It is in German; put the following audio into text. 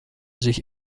sich